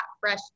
fresh